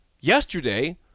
yesterday